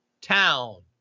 town